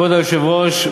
כבוד היושב-ראש,